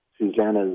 Susanna's